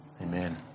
Amen